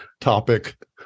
topic